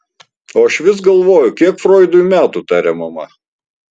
o aš vis galvoju kiek froidui metų tarė mama